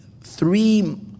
Three